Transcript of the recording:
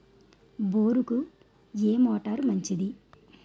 బోరుకి ఏ మోటారు మంచిది?